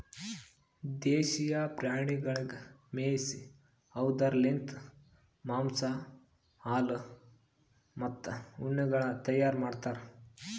ದೇಶೀಯ ಪ್ರಾಣಿಗೊಳಿಗ್ ಮೇಯಿಸಿ ಅವ್ದುರ್ ಲಿಂತ್ ಮಾಂಸ, ಹಾಲು, ಮತ್ತ ಉಣ್ಣೆಗೊಳ್ ತೈಯಾರ್ ಮಾಡ್ತಾರ್